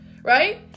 right